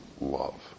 love